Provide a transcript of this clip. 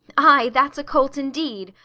ay, that's a colt indeed,